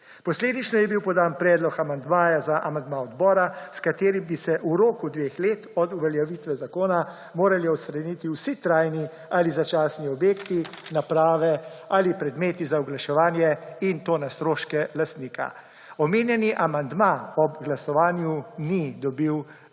Posledično je bil podan predlog amandmaja za amandma odbora, s katerim bi se v roku dveh let od uveljavitve zakona morali odstraniti vsi trajni ali začasni objekti, naprave ali predmeti za oglaševanje, in to na stroške lastnika. Omenjeni amandma ob glasovanju ni dobil večinske